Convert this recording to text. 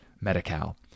Medi-Cal